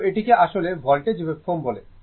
তো এটিকে আসলে ভোল্টেজ ওয়েভফর্ম বলে